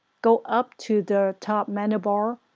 go up to the top menu bar,